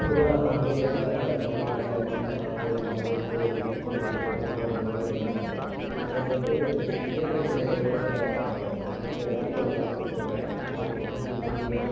பொதுவாக நாங்கள் வந்து என்னென்ன விலங்குகளெல்லாம் வளர்ப்போம்னா ஆடு மாடு கோழி பன்றி அதுபோன்ற விலங்குகளெல்லாம் வளர்க்குறோம் அதுக்கு வந்து இயற்கை முறையில் என்னென்ன தீவனங்களெல்லாம் கொடுக்குறோம்னா அதுக்கு இயற்கை புல்லு